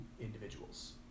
individuals